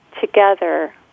together